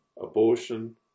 abortion